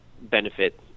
benefit